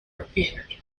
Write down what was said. repaired